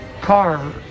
car